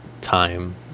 time